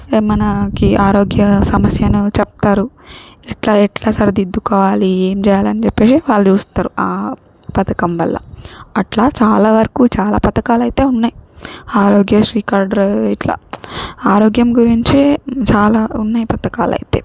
మనకి ఆరోగ్య సమస్యను చెప్తారు ఎట్లా ఎట్లా సరిదిద్దుకోవాలి ఏం చేయాలని చెప్పేషి వాళ్ళు చూస్తరు ఆ పథకం వల్ల అట్లా చాలా వరకు చాలా పథకాలయితే ఉన్నాయ్ ఆరోగ్య శ్రీ కాడ్రు ఇట్లా ఆరోగ్యం గురించే చాలా ఉన్నాయ్ పథకాలయితే